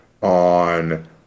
on